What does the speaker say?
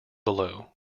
below